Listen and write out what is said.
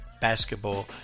basketball